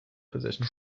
position